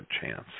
chance